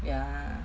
ya